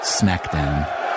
smackdown